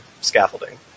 scaffolding